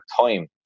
time